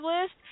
list